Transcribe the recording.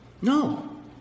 No